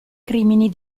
crimini